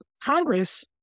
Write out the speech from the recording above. Congress